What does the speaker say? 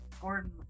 Gordon